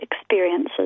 experiences